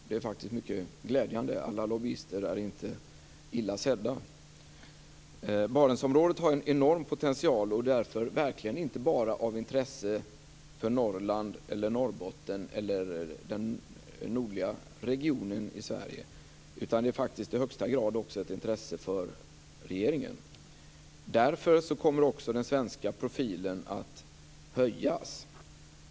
Det är mycket glädjande. Alla lobbyister är inte illa sedda. Barentsområdet har en enorm potential och är därför inte bara av intresse för Norrland, Norrbotten eller den nordliga regionen i Sverige. Det är i högsta grad också ett intresse för regeringen. Därför kommer också den svenska profilen att höjas.